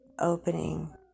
opening